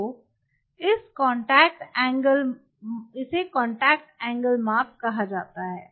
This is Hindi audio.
तो इसे कांटेक्ट एंगल माप कहा जाता है